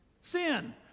sin